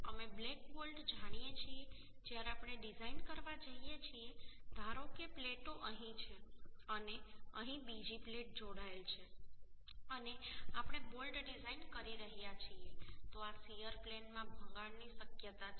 અમે black bolt જાણીએ છીએ જ્યારે આપણે ડિઝાઇન કરવા જઇએ છીએ ધારો કે પ્લેટો અહીં છે અને અહીં બીજી પ્લેટ જોડાયેલ છે અને આપણે બોલ્ટ ડિઝાઇન કરી રહ્યા છીએ તો આ શીયર પ્લેનમાં ભંગાણ ની શક્યતા છે